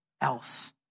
else